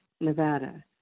Nevada